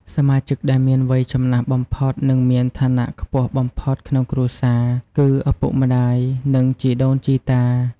សមាជិកដែលមានវ័យចំណាស់បំផុត និងមានឋានៈខ្ពស់បំផុតក្នុងគ្រួសារ គឺ ឪពុកម្ដាយ និងជីដូនជីតា។